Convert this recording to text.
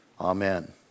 amen